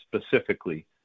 specifically